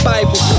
Bible